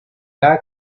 cada